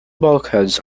bulkheads